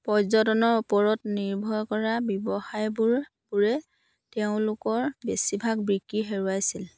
পৰ্যটনৰ ওপৰত নিৰ্ভৰ কৰা ব্যৱসায়বোৰ বোৰে তেওঁলোকৰ বেছিভাগ বিক্ৰী হেৰুৱাইছিল